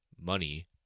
Money